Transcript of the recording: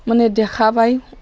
মানে দেখা পায়